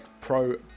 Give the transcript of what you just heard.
Pro